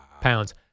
pounds